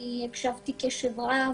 אני הקשבתי קשב רב.